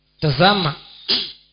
Tazama